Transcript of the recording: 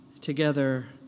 together